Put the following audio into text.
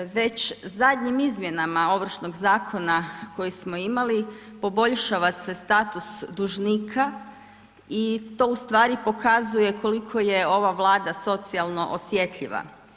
Već zadnjim izmjenama Ovršnog zakona koji smo imali poboljšava se status dužnika i to pokazuje koliko je ova Vlada socijalno osjetljiva.